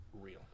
real